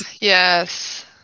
Yes